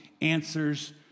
answers